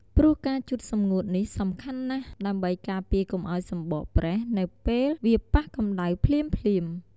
ព្រោះការជូតសម្ងួតនេះសំខាន់ណាស់ ដើម្បីការពារកុំឱ្យសំបកប្រេះនៅពេលវាប៉ះកម្តៅភ្លាមៗ។